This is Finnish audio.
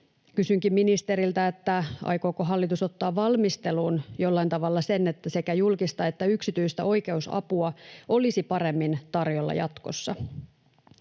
Kysynkin ministeriltä, aikooko hallitus ottaa valmisteluun jollain tavalla sen, että sekä julkista että yksityistä oikeusapua olisi paremmin tarjolla jatkossa.